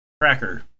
Cracker